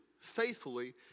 faithfully